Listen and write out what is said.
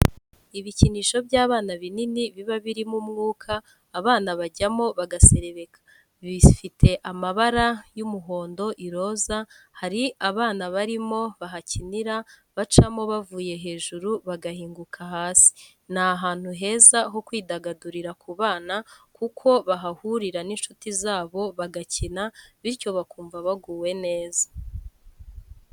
Ibikinisho by'abana binini biba birimo umwuka abana bajyamo bagaserebeka, bifite amabara y'umuhondo n'iroza hari abana barimo bahakinira bacamo bavuye hejuru bagahinguka hasi ni ahantu heza ho kwidagadurira ku bana kuko bahahurira n'inshuti zabo bagakina bityo bakumva baguwe neza.